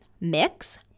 mix